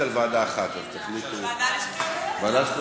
אז לא,